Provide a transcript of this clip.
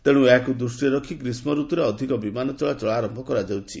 ତେଣୁ ଏହାକୁ ଦୃଷ୍ଟିରେ ରଖି ଗ୍ରୀଷ୍କରତ୍ତରେ ଅଧିକ ବିମାନ ଚଳାଚଳ ଆରମ୍ଭ କରାଯାଉଛି